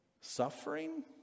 Suffering